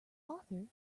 author